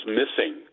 missing